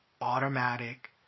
automatic